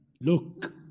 Look